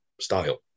style